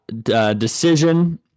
decision